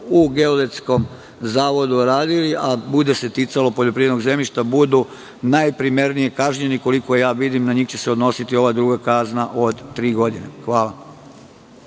u Geodetskom zavodu, a bude se ticalo poljoprivrednog zemljišta, budu najprimernije kažnjeni. Koliko vidim, na njih će se odnositi ova druga kazna od tri godine. Hvala.